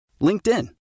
LinkedIn